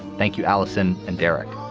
thank you, alison and derek.